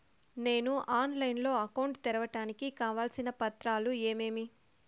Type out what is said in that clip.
నేను ఆన్లైన్ లో అకౌంట్ తెరవడానికి కావాల్సిన పత్రాలు ఏమేమి?